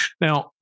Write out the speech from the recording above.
Now